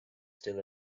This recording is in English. still